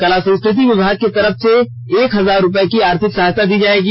कला संस्कृति विभाग की तरफ से एक हजार रूपये की आर्थिक सहायता दी जाएगी